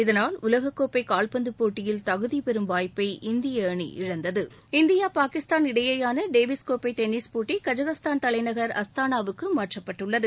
இதனால் உலகக் கோப்பை கால்பந்து போட்டியில் தகுதி பெறும் வாய்ப்பை இந்திய அணி இழந்தது இந்தியா பாகிஸ்தான் இடையிலான டேவிஸ் கோப்பை டென்னிஸ் போட்டி கஜகஸ்தான் தலைநகர் அஸ்தானாவுக்கு மாற்றப்பட்டுள்ளது